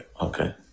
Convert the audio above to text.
Okay